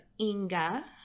Inga